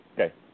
Okay